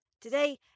Today